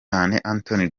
anthony